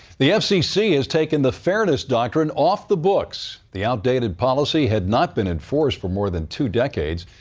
the ah fcc has taken the fairness doctrine off the books. the outdated policy had not been enforced for more than two decades.